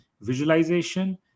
visualization